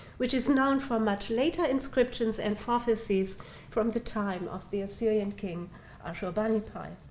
which is known from much later inscriptions and prophecies from the time of the assyrian king ashurbanipal.